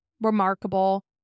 remarkable